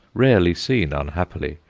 rarely seen unhappily,